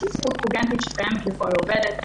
שהיא זכות קוגנטית שקיימת לכל עובדת.